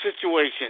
situation